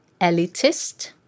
elitist